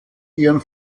ihren